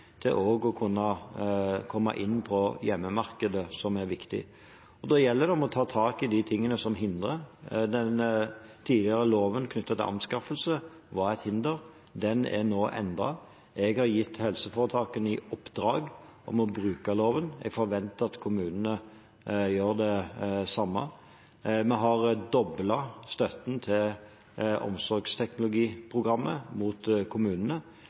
til å komme inn på hjemmemarkedet, noe som er viktig. Da gjelder det å ta tak i de tingene som hindrer. Den tidligere loven knyttet til anskaffelser var et hinder, og den er nå endret. Jeg har gitt helseforetakene i oppdrag å bruke loven, og jeg forventer at kommunene gjør det samme. Vi har doblet støtten til omsorgsteknologiprogrammet mot kommunene.